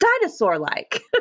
dinosaur-like